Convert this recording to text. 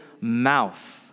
mouth